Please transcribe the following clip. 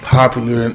popular